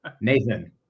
Nathan